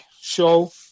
show